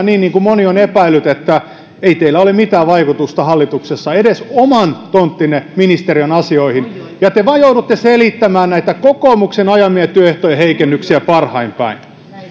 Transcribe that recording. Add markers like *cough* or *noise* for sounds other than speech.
*unintelligible* niin niin kuin moni on epäillyt että ei teillä ole mitään vaikutusta hallituksessa edes oman tonttinne ministeriön asioihin ja te vain joudutte selittämään näitä kokoomuksen ajamia työehtojen heikennyksiä parhain päin